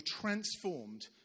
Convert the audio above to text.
transformed